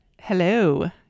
Hello